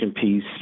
piece